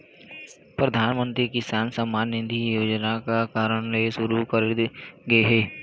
परधानमंतरी किसान सम्मान निधि योजना का कारन ले सुरू करे गे हे?